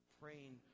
praying